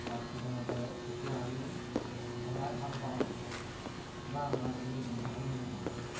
চাফচিকুণতাৰে তেতিয়া আমি চলাই ভাল পাওঁ বা আমাৰ কোনো দুৰ্ঘটনা নহয়